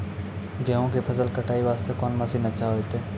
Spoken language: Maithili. गेहूँ के फसल कटाई वास्ते कोंन मसीन अच्छा होइतै?